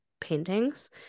paintings